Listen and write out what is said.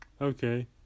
Okay